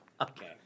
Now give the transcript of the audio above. Okay